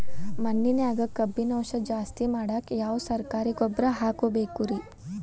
ಮಣ್ಣಿನ್ಯಾಗ ಕಬ್ಬಿಣಾಂಶ ಜಾಸ್ತಿ ಮಾಡಾಕ ಯಾವ ಸರಕಾರಿ ಗೊಬ್ಬರ ಹಾಕಬೇಕು ರಿ?